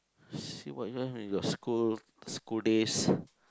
see what you have in your school school days